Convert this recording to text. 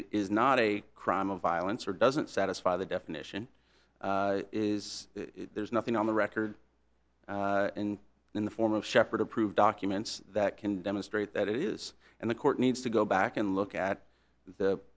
is not a crime of violence or doesn't satisfy the definition is there's nothing on the record and in the form of shepherd approved documents that can demonstrate that it is and the court needs to go back and look at the